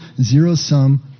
zero-sum